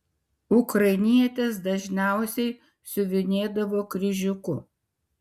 ukrainietės dažniausiai siuvinėdavo kryžiuku